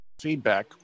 feedback